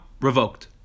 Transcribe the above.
revoked